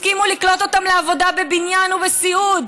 הסכימו לקלוט אותם לעבודה בבניין ובסיעוד.